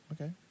okay